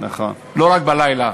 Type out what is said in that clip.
לא רק בלילה,